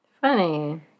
Funny